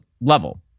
level